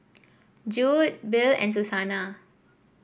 Jude Bill and Susana